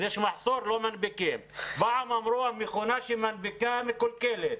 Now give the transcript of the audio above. ופעם אמרו שהמכונה שמנפיקה מקולקלת.